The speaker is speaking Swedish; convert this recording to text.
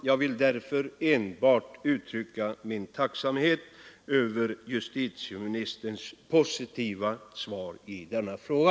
Jag vill därför enbart uttrycka min tacksamhet över justitieministerns positiva svar i denna fråga.